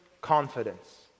confidence